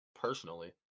personally